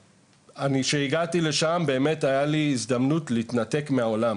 כאשר הגעתי לשם באמת הייתה לי הזדמנות להתנתק מהעולם.